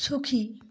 সুখী